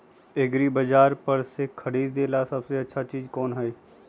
एग्रिबाजार पर से खरीदे ला सबसे अच्छा चीज कोन हई?